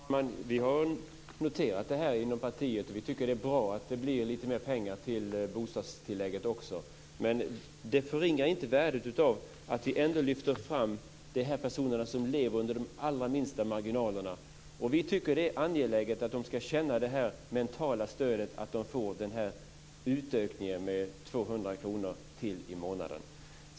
Fru talman! Vi har noterat detta inom partiet. Vi tycker att det är bra att det blir mer pengar till bostadstillägget. Det förringar inte värdet av att vi ändå lyfter fram de personer som lever med de minsta marginalerna. Vi tycker att det är angeläget att de ska känna det mentala stödet med utökningen med 200 kr till i månaden.